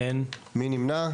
מי נמנע?